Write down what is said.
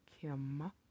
Kim